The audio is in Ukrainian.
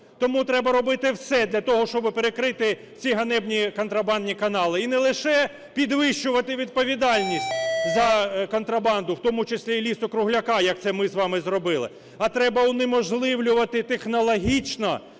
Тому треба робити все для того, щоби перекрити ці ганебні контрабандні канали, і не лише підвищувати відповідальність за контрабанду, у тому числі і лісу-кругляку, як це ми з вами зробили, а треба унеможливлювати технологічно